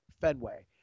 Fenway